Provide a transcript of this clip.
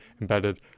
embedded